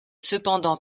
cependant